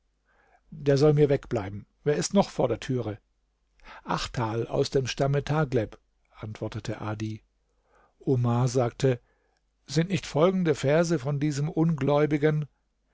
der soll mir wegbleiben wer ist noch vor der türe achtal aus dem stamme tagleb antwortete adi omar sagte sind nicht folgende verse von diesem ungläubigen